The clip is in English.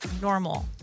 normal